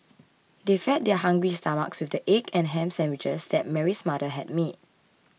they fed their hungry stomachs with the egg and ham sandwiches that Mary's mother had made